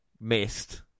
missed